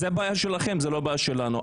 זאת בעיה שלכם, לא הבעיה שלנו.